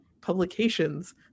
publications